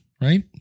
right